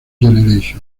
generation